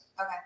Okay